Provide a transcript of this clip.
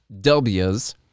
Ws